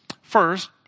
First